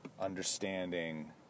understanding